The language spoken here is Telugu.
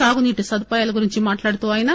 సాగునీటి సదుపాయాల గురించి మాట్లాడుతూ ఆయన